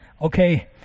Okay